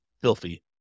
filthy